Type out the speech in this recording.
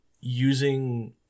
using